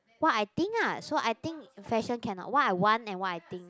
what I think ah so I think fashion cannot what I want and what I think